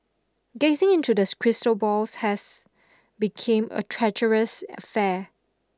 gazing into the crystal ball has become a treacherous affair